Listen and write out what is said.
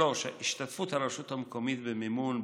3. השתתפות הרשות המקומית במימון,